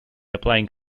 applying